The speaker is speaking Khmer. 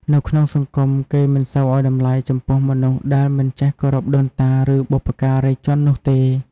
នៅក្នុងសង្គម គេមិនសូវឱ្យតម្លៃចំពោះមនុស្សដែលមិនចេះគោរពដូនតា ឬបុព្វការីជននោះទេ។